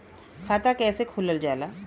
खाता कैसे खोलल जाला?